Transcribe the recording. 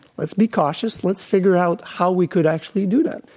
let's be cautious. let's figure out how we could actually do that.